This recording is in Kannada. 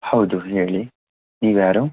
ಹೌದು ಹೇಳಿ ನೀವ್ಯಾರು